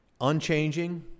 unchanging